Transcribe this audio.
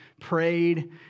prayed